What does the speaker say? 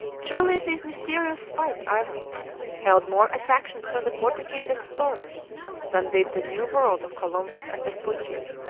truly these mysterious spice islands held more attractions for the portuguese explorers than did the new world of columbus and vespucci.